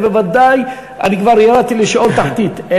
ובוודאי אני כבר ירדתי לשאול תחתית,